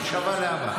מחשבה להבא.